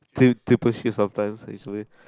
tri~ triple shift sometimes this way